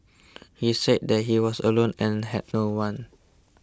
he said that he was alone and had no one